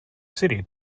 city